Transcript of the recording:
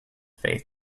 faith